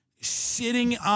sitting